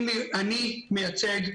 אני מייצג,